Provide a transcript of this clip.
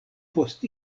post